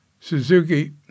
Suzuki